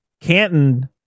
Canton